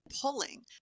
pulling